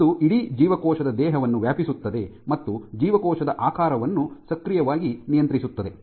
ಅದು ಇಡೀ ಜೀವಕೋಶದ ದೇಹವನ್ನು ವ್ಯಾಪಿಸುತ್ತದೆ ಮತ್ತು ಜೀವಕೋಶದ ಆಕಾರವನ್ನು ಸಕ್ರಿಯವಾಗಿ ನಿಯಂತ್ರಿಸುತ್ತದೆ